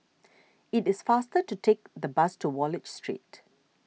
it is faster to take the bus to Wallich Street